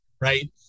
Right